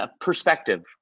perspective